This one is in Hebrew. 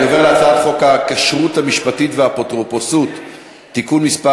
אני עובר להצעת חוק הכשרות המשפטית והאפוטרופסות (תיקון מס'